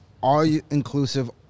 all-inclusive